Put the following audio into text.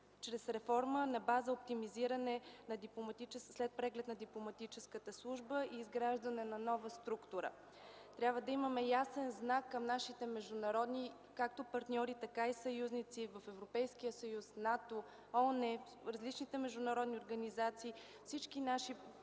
чрез реформа на база оптимизиране след преглед на дипломатическата служба и изграждане на нова структура. Трябва да имаме ясен знак към нашите международни както партньори, така и съюзници в Европейския съюз, НАТО, ООН, различните международни организации – всички наши партньори